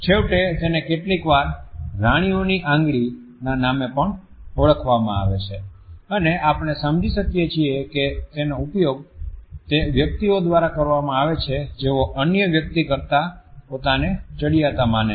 છેવટે તેને કેટલીકવાર રાણીઓની આંગળી ના નામે પણ ઓળખવામાં આવે છે અને આપણે સમજી શકીએ છીએ કે તેનો ઉપયોગ તે વ્યક્તિઓ દ્વારા કરવામાં આવે છે કે જેઓ અન્ય વ્યક્તિ કરતાં પોતાને ચડિયાતા માને છે